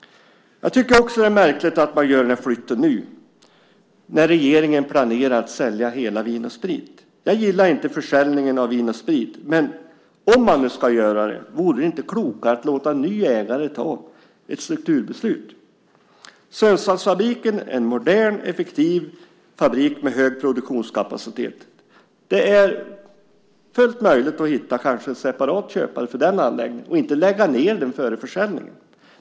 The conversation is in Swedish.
Jag tycker också att det är märkligt att man gör denna flytt nu när regeringen planerar att sälja hela Vin & Sprit. Jag gillar inte försäljningen av Vin & Sprit. Men om man nu ska göra det, vore det då inte klokare att låta en ny ägare ta ett strukturbeslut? Sundsvallsfabriken är en modern och effektiv fabrik med hög produktionskapacitet. Det är fullt möjligt att hitta en separat köpare till den anläggningen och inte lägga ned den före försäljningen.